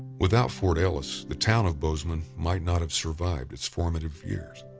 without fort ellis, the town of bozeman might not have survived its formative years.